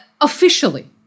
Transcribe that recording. officially